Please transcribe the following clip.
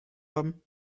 haben